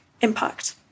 impact